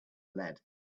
lead